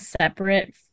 separate